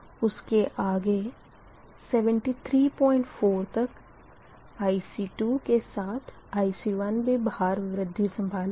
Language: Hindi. उसके आगे 734 तक IC2 के साथ IC1भी भार वृद्धि संभालेगा